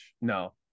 No